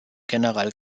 general